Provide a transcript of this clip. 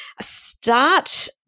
start